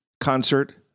concert